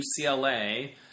UCLA